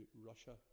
Russia